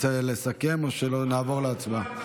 רוצה לסכם או שנעבור להצבעה?